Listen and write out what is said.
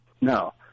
No